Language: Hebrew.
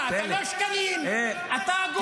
זהו.